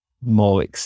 more